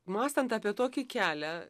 mąstant apie tokį kelią